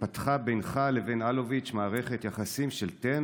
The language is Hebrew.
התפתחה בינך לבין אלוביץ' מערכת יחסים של תן